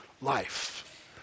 life